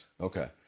Okay